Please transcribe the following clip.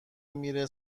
میره